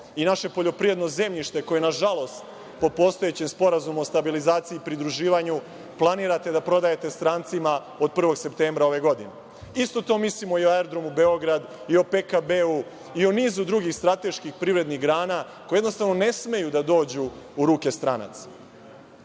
i naše poljoprivredno zemljište koje, nažalost, po postojećem Sporazumu o stabilizaciji i pridruživanju planirate da prodajete strancima od 1. septembra ove godine. Isto to mislimo i o aerodromu Beograd i o PKB-u i o nizu drugih strateških privrednih grana koje jednostavno ne smeju da dođu u ruke stranaca. Što